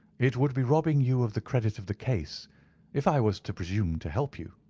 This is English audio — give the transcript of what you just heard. it would be robbing you of the credit of the case if i was to presume to help you,